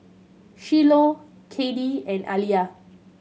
Shiloh Caddie and Aliya